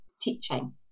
teaching